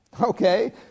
Okay